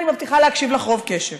אני מבטיחה להקשיב לך ברוב קשב,